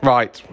Right